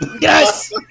Yes